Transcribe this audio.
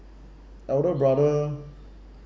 elder brother